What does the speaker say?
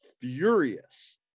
furious